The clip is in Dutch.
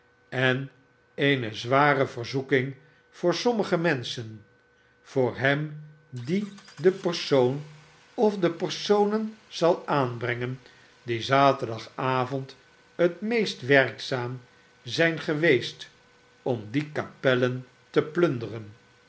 en eene zware verzoeking voor sommige menschenl voor hem die den persoon of de personen zal aanbrengen die zaterdagavond het meest werkzaam zijn geweest om die kapel en te plunderen